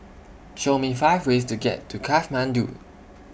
Show Me five ways to get to Kathmandu